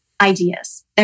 ideas